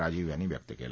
राजीव यांनी व्यक्त केला